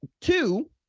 two